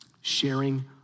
sharing